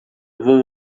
vou